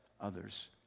others